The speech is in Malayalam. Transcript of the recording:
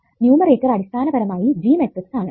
ന്യുമേറേറ്റർ അടിസ്ഥാനപരമായി G മെട്രിക്സ് ആണ്